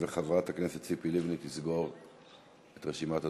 וחברת הכנסת ציפי לבני תסגור את רשימת הדוברים.